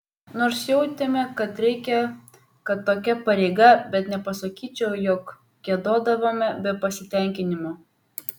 nors jautėme kad reikia kad tokia pareiga bet nepasakyčiau jog giedodavome be pasitenkinimo